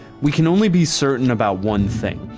we can only be certain about one thing.